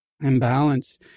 imbalance